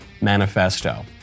Manifesto